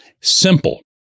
Simple